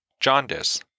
jaundice